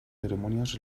ceremonias